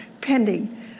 pending